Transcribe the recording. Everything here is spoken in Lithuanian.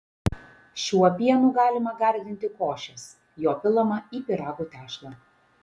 šiuo pienu galima gardinti košes jo pilama į pyragų tešlą